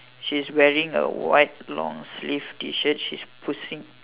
she's wearing a white long sleeve T shirt she's pushing